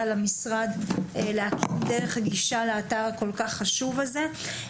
למשרד בדרך הגישה לאתר הכל כך חשוב הזה.